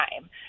time